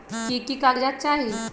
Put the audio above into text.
की की कागज़ात चाही?